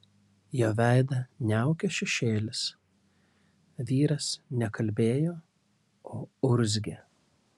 jo veidą niaukė šešėlis vyras ne kalbėjo o urzgė